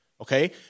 Okay